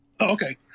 Okay